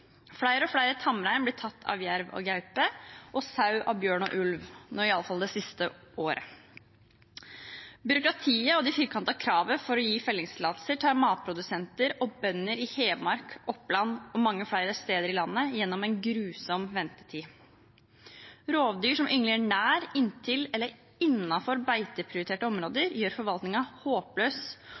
Flere og flere tamrein blir tatt av jerv og gaupe, og flere sau blir tatt av bjørn og ulv, iallfall det siste året. Byråkratiet og de firkantede kravene for å gi fellingstillatelser tar matprodusenter og bønder i Hedmark, Oppland og mange flere steder i landet gjennom en grusom ventetid. Rovdyr som yngler nær, inntil eller innenfor beiteprioriterte områder, gjør forvaltningen håpløs,